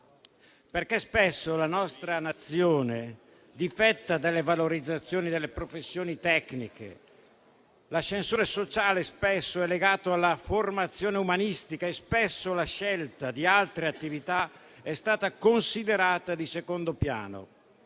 Spesso la nostra Nazione difetta della valorizzazione delle professioni tecniche. L'ascensore sociale spesso è legato alla formazione umanistica e la scelta di altre attività è stata considerata di secondo piano.